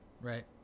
right